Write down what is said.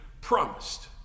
promised